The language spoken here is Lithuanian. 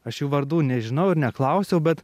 aš jų vardų nežinau ir neklausiau bet